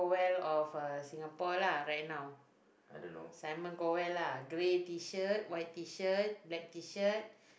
I don't know